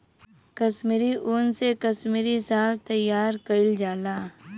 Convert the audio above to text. कसमीरी उन से कसमीरी साल तइयार कइल जाला